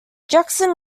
jackson